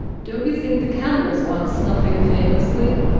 don't you think the candles want snuffing famously?